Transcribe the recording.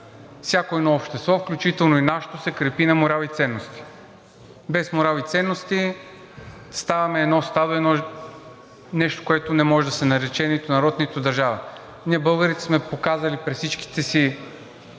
всяко едно общество, включително и нашето, се крепи на морал и ценности. Без морал и ценности ставаме едно стадо и нещо, което не може да се нарече нито народ, нито държава. Ние, българите, сме показали през всичките